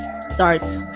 start